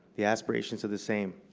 the aspirations are the same.